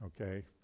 Okay